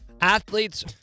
athletes